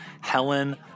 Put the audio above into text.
Helen